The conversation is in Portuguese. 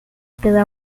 pela